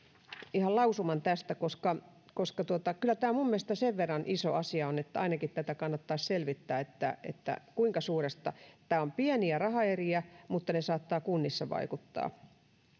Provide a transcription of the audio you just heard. ihan lausuman tästä koska koska kyllä tämä minun mielestäni sen verran iso asia on että ainakin tätä kannattaisi selvittää kuinka suuri nämä ovat pieniä rahaeriä mutta ne saattavat kunnissa vaikuttaa